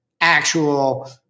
actual